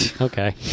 Okay